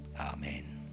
Amen